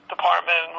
department